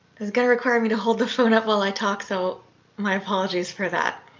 it's going to require me to hold the phone up while i talk so my apologies for that.